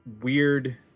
weird